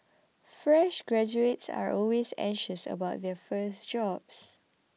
fresh graduates are always anxious about their first job